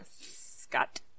Scott